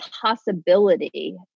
possibility